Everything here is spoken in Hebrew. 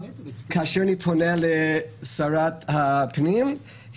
כאשר אני פונה לשרת הפנים,